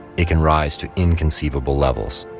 it can rise to inconceivable levels,